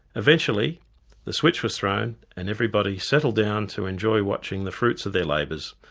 eventually the switch was thrown and everybody settled down to enjoy watching the fruits of their labours,